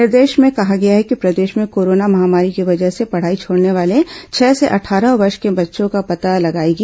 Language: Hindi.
निर्देश में कहा गया है कि प्रदेश कोरोना महामारी की वजह से पढ़ाई छोड़ने वाले छह से अट्ठारह वर्ष के बच्चों का पता लगाएगी